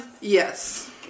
Yes